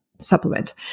supplement